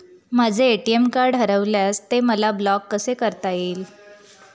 माझे ATM card हरविल्यास ते मला ब्लॉक कसे करता येईल?